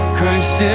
Christ